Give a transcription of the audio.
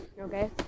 Okay